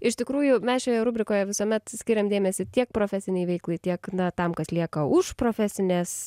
iš tikrųjų mes šioje rubrikoje visuomet skiriam dėmesį tiek profesinei veiklai tiek na tam kas lieka už profesinės